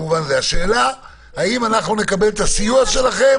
השאלה: האם אנחנו נקבל את הסיוע שלכם?